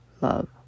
Love